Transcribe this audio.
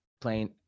playing